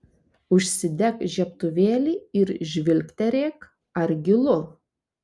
užsidek žiebtuvėlį ir žvilgterėk ar gilu